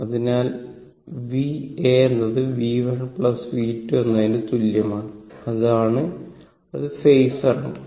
അതിനാൽ v A എന്നത് V1 V2 എന്നതിന് തുല്യമാണ് അത് ഫാസർ ആണ്